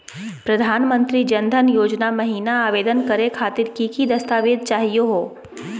प्रधानमंत्री जन धन योजना महिना आवेदन करे खातीर कि कि दस्तावेज चाहीयो हो?